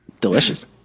Delicious